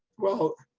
well,